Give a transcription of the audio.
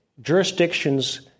jurisdictions